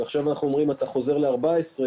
ועכשיו אומרים לאדם שהוא חוזר ל-14,